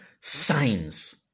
signs